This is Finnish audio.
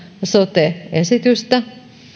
sote esitystä